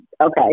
okay